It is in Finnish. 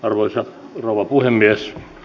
arvoisa puhemies